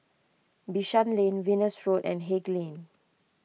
Bishan Lane Venus Road and Haig Lane